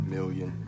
Million